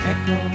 Echo